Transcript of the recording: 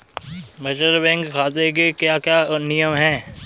बचत बैंक खाते के क्या क्या नियम हैं?